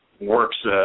works